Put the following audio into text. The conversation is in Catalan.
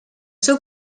seu